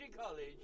College